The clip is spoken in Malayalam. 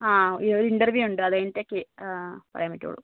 ആ ഒരു ഇൻ്റർവ്യൂ ഉണ്ട് അത് കഴിഞ്ഞിട്ട് ഒക്കെയെ ആ പറയാൻ പറ്റൂള്ളൂ